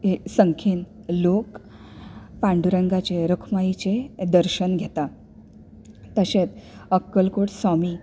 हे संख्येन लोक पांडुरंगाचे रखुमाईचे दर्शन घेता तशेंच अक्कलकोट स्वामी